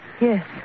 Yes